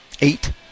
eight